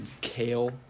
kale